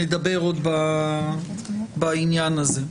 נדבר עוד בעניין הזה.